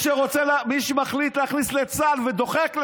מי שמחליט להכניס לצה"ל ודוחק לזה,